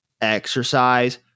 exercise